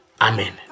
Amen